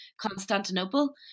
Constantinople